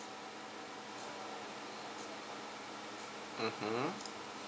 mmhmm